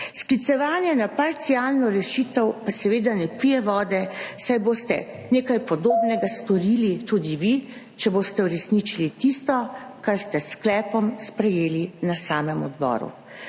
Sklicevanje na parcialno rešitev pa seveda ne pije vode, saj boste nekaj podobnega storili tudi vi, če boste uresničili tisto, kar ste s sklepom sprejeli na samem odboru.